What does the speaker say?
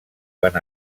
van